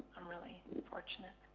i'm really fortunate.